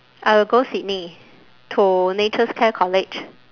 I will go sydney to natures care college